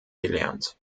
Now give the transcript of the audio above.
gelernt